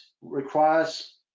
requires